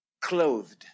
clothed